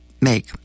make